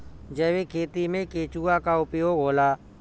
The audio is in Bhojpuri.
जैविक खेती मे केचुआ का उपयोग होला?